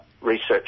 research